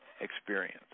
experience